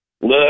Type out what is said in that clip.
look